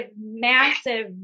massive